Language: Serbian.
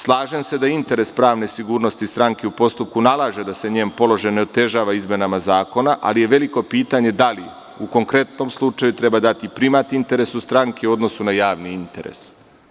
Slažem se da je interes pravne sigurnosti stranke u postupku nalaže da se njen položaj ne otežava izmenama zakona, ali je veliko pitanje da li u konkretnom slučaju treba dati primat interesu stranke u odnosu na javni interes.